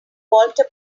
walter